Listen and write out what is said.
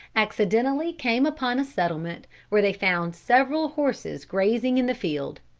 accidentally came upon a settlement where they found several horses grazing in the field.